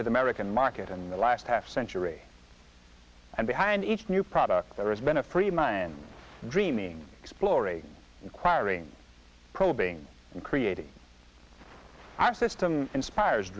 to the american market in the last half century and behind each new product that has been a free mind dreaming exploring acquiring probing and creating our system inspires